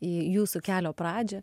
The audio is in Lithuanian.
į jūsų kelio pradžią